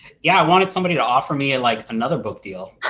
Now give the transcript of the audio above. yeah, i wanted somebody to offer me and like another book deal.